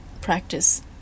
practice